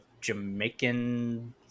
Jamaican